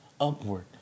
upward